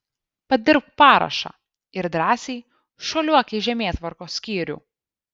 padirbk parašą ir drąsiai šuoliuok į žemėtvarkos skyrių